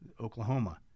Oklahoma